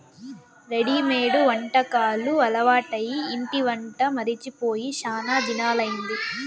readymade వంటకాలు అలవాటై ఇంటి వంట మరచి పోయి శానా దినాలయ్యింది